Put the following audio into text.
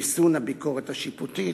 ריסון הביקורת השיפוטית.